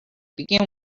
begin